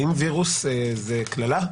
האם וירוס זה קללה?